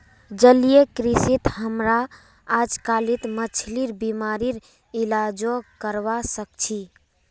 जलीय कृषित हमरा अजकालित मछलिर बीमारिर इलाजो करवा सख छि